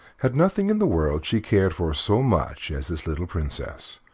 had nothing in the world she cared for so much as this little princess,